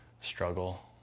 struggle